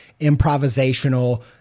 improvisational